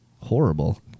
Horrible